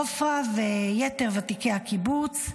עפרה ויתר ותיקי הקיבוץ,